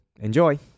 enjoy